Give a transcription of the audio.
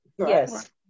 Yes